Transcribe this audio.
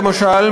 למשל,